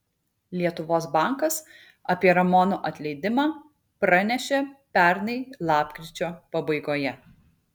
lietuvos bankas apie ramono atleidimą pranešė pernai lapkričio pabaigoje